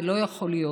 זה לא יכול להיות.